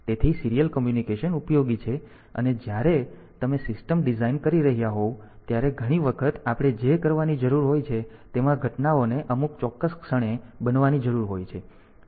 તેથી serial communication ઉપયોગી છે અને જ્યારે તમે સિસ્ટમ ડિઝાઇન કરી રહ્યા હોવ ત્યારે ઘણી વખત આપણે જે કરવાની જરૂર હોય છે તેમાં ઘટનાઓને અમુક ચોક્કસ ક્ષણે બનવાની જરૂર હોય છે